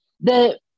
The-